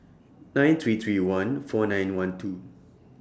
nine three three one four nine one two